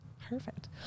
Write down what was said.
perfect